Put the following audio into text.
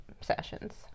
sessions